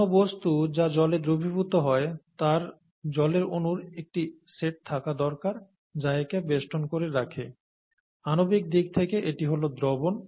কোন বস্তু যা জলে দ্রবীভূত হয় তার জলের অনুর একটি সেট থাকা দরকার যা একে বেষ্টন করে রাখে আণবিক দিক থেকে এটি হল দ্রবণ